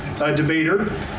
debater